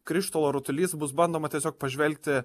krištolo rutulys bus bandoma tiesiog pažvelgti